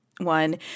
one